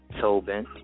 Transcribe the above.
Tobin